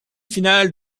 finale